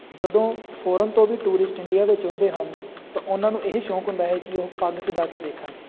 ਜਦੋਂ ਫੋਰਨ ਤੋਂ ਵੀ ਟੂਰਿਸਟ ਇੰਡੀਆ ਵਿੱਚ ਹੁੰਦੇ ਹਨ ਤਾਂ ਉਹਨਾਂ ਨੂੰ ਇਹ ਸ਼ੌਂਕ ਹੁੰਦਾ ਹੈ ਕਿ ਉਹ ਪੱਗ ਸਜਾ ਕੇ ਦੇਖਣ